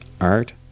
art